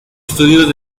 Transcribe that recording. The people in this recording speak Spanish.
estudio